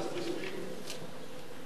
אנחנו עוברים להסתייגות מס'